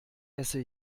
esse